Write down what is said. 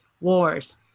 wars